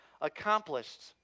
accomplished